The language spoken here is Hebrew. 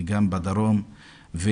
גם בדרום.